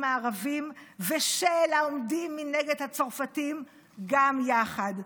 הערבים ושל העומדים מנגד הצרפתים גם יחד.